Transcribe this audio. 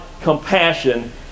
compassion